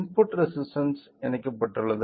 input resistance இணைக்கப்பட்டுள்ளது